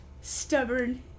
stubborn